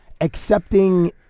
accepting